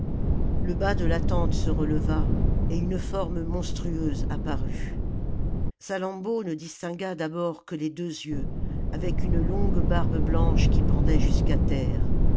le bas de la tente se releva et une forme monstrueuse apparut salammbô ne distingua d'abord que les deux yeux avec une longue barbe blanche qui pendait jusqu'à terre